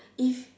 if